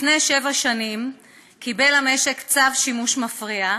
לפני שבע שנים קיבל המשק צו שימוש מפריע,